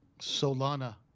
Solana